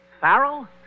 Farrell